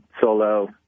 solo